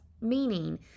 meaning